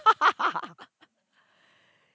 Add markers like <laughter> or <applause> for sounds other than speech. <laughs>